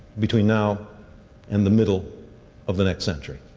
between now and the middle of the next century.